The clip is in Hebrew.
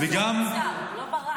הוא שם, הוא לא ברח.